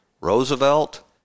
Roosevelt